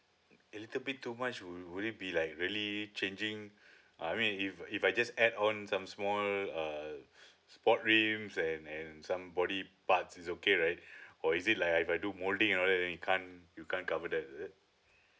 a little bit too much would would it be like really changing uh I mean if if I just add on some small uh sport rims and and some body parts it's okay right or is it like if I do molding all that and you can't you can't cover that is it